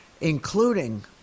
including